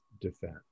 defense